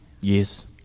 Yes